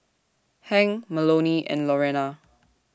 Hank Melonie and Lorena